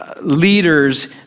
leaders